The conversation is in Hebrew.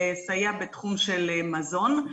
לסייע בתחום של מזון.